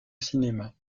cinéma